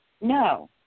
No